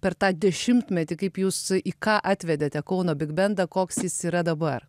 per tą dešimtmetį kaip jūs į ką atvedėte kauno bigbendą koks jis yra dabar